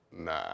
Nah